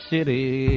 City